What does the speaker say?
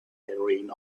heroine